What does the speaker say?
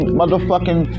motherfucking